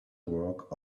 work